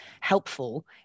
helpful